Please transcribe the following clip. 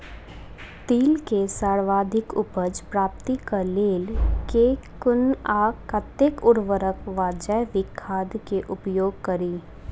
तिल केँ सर्वाधिक उपज प्राप्ति केँ लेल केँ कुन आ कतेक उर्वरक वा जैविक खाद केँ उपयोग करि?